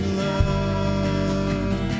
love